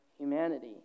humanity